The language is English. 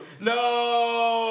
No